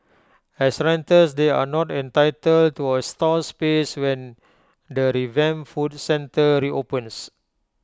as renters they are not entitled to A stall space when the revamped food centre reopens